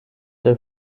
der